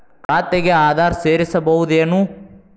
ಖಾತೆಗೆ ಆಧಾರ್ ಸೇರಿಸಬಹುದೇನೂ?